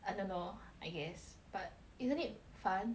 I don't know I guess but isn't it fun but